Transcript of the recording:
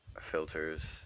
filters